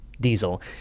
diesel